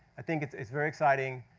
i think it's it's very exciting.